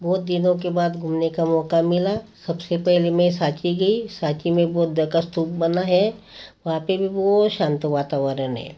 बहुत दिनों के बाद घूमने का मौका मिला सबसे पहले मैं साकी गई साकी में बौद्ध का स्तूप बना है वहाँ पर भी बहुत शांत वातावरण है